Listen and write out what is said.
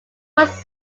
was